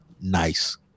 nice